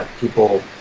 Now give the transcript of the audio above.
people